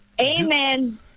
amen